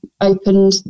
opened